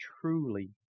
truly